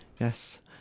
Yes